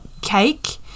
cake